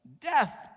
death